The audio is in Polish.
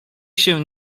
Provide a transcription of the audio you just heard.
się